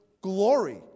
glory